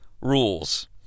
rules